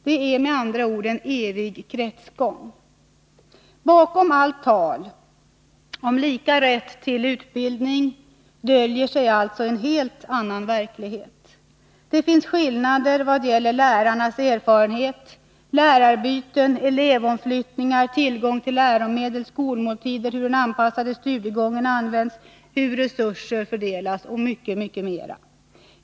Det är med andra ord en evig kretsgång. Bakom allt tal om lika rätt till utbildning döljer sig alltså en helt annan verklighet. Det finns skillnader vad gäller lärarnas erfarenhet, lärarbyten, elevomflyttningar, tillgång till läromedel, skolmåltider, hur den anpassade studiegången används, hur resurser fördelas och mycket mera.